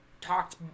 talked